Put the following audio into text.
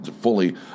fully